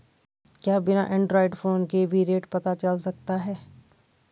क्या बिना android phone के भी रेट पता चल सकता है?